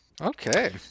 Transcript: okay